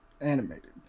animated